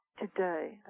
today